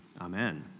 amen